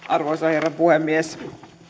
arvoisa herra puhemies